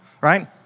right